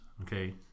okay